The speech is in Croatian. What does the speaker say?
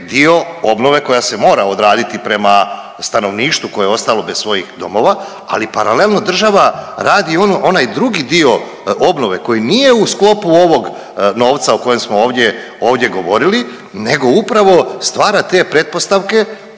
dio obnove koja se mora odraditi prema stanovništvu koje je ostalo bez svojih domova, ali paralelno država radi ono onaj drugi dio obnove koji nije u sklopu ovog novca o kojem smo ovdje, ovdje govorili nego upravo stvara te pretpostavke